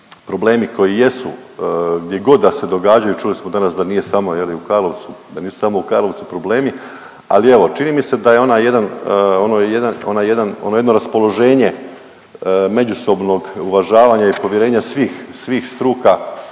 problemi koji jesu gdje god da se događaju čuli smo danas da nije samo u Karlovcu, da nisu samo u Karlovcu problemi, ali evo čini mi se da je ono jedno raspoloženje međusobnog uvažavanja i povjerenja svih, svih